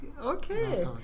Okay